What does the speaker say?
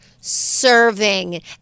serving